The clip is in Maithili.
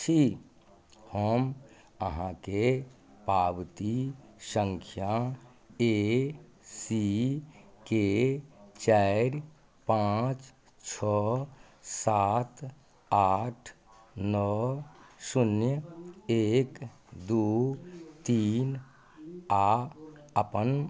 छी हम अहाँके पावती संख्या ए सी के चारि पाँच छओ सात आठ नओ शून्य एक दू तीन आ अपन